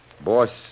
Boss